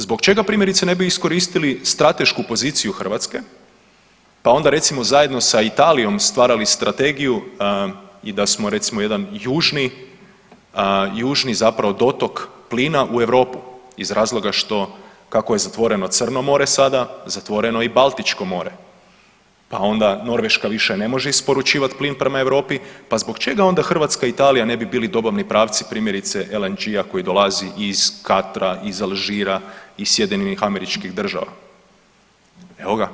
Zbog čega primjerice ne bi iskoristili stratešku poziciju Hrvatske, pa onda recimo zajedno sa Italijom stvarali strategiju i da smo recimo jedan južni, južni zapravo dotok plina u Europu iz razloga što kako je zatvoreno Crno more sada zatvoreno je i Baltičko more, pa onda Norveška više ne može isporučivat plin prema Europi, pa zbog čega onda Hrvatska i Italija ne bi bili dobavni pravci primjerice LNG-a koji dolazi iz Katra, iz Alžira, iz SAD-a?